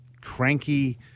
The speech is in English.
cranky